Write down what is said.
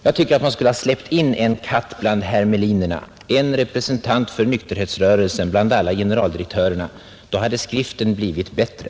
Jag tycker att man skulle ha släppt in en katt bland hermelinerna, en representant för nykterhetsrörelsen bland alla generaldirektörerna, Då hade skriften blivit bättre.